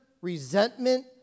resentment